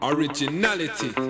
Originality